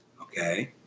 okay